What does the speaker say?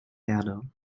erde